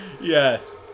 Yes